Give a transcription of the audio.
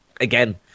again